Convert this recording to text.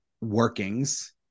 workings